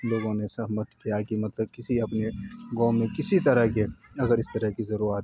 لوگوں نے سہمت کیا کہ مطلب کسی اپنے گاؤں میں کسی طرح کے اگر اس طرح کی ضرورت